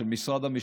של משרד המשפטים,